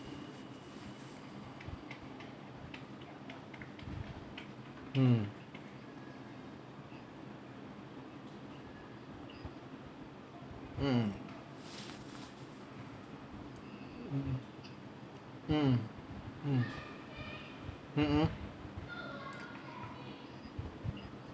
mm mm mm mm mm mm